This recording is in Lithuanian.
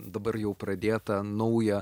dabar jau pradėtą naują